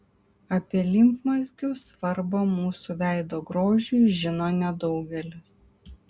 apie limfmazgių svarbą mūsų veido grožiui žino nedaugelis